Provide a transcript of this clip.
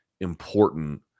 important